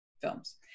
films